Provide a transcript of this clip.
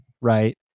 right